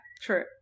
true